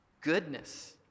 goodness